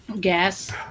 gas